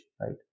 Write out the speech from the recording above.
right